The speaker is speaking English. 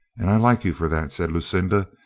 and i like you for that, said lucinda,